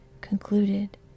concluded